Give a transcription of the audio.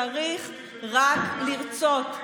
צריך רק לרצות.